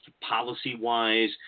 policy-wise